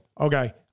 Okay